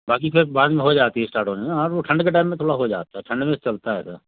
बाकी फिर बाद में हो जाती है स्टार्ट होने हाँ तो वह थोड़ा ठण्ड के टैम में थोड़ा हो जाता है ठण्ड में चलता है इतना